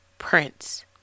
prince